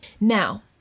Now